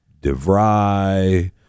DeVry